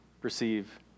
perceive